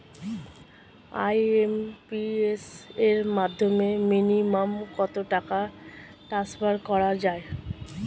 IMPS এর মাধ্যমে minimum কত টাকা ট্রান্সফার করা যায়?